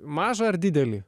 mažą ar didelį